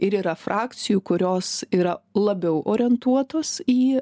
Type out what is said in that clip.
ir yra frakcijų kurios yra labiau orientuotos į